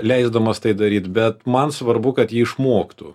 leisdamas tai daryt bet man svarbu kad jie išmoktų